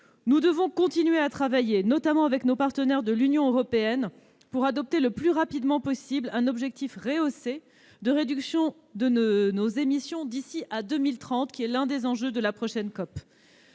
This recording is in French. Nous devons continuer de travailler, notamment avec nos partenaires de l'Union européenne, pour adopter le plus rapidement possible un objectif rehaussé de réduction de nos émissions d'ici à 2030. C'est l'un des enjeux de la prochaine COP.